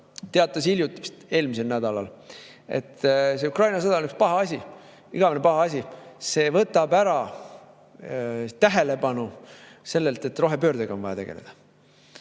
teatas hiljuti, vist eelmisel nädalal: see Ukraina sõda on üks paha asi, igavene paha asi, see võtab ära tähelepanu sellelt, et rohepöördega on vaja tegeleda.